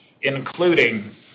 including